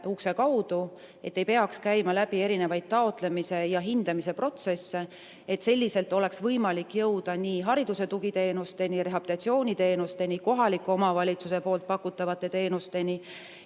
nad ei peaks käima läbi erinevaid taotlemise ja hindamise protsesse, et selliselt oleks võimalik jõuda nii hariduse tugiteenusteni, nii rehabilitatsiooniteenusteni, kohaliku omavalitsuse pakutavate teenusteni